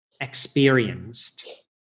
experienced